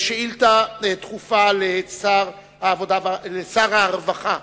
שאילתא דחופה לשר הרווחה.